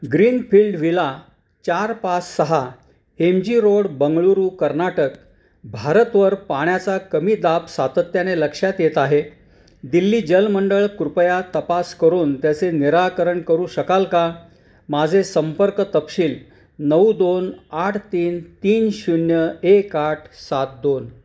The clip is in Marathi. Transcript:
ग्रीनफील्ड विला चार पाच सहा M G road Bengaluru Karnataka भारतवर पाण्याचा कमी दाब सातत्याने लक्षात येत आहे दिल्ली जलमंडळ कृपया तपास करून त्याचे निराकरण करू शकाल का माझे संपर्क तपशील नऊ दोन आठ तीन तीन शून्य एक आठ सात दोन